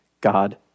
God